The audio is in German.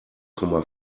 komma